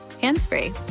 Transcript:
hands-free